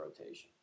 rotation